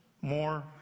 More